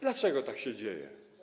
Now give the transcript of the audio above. Dlaczego tak się dzieje?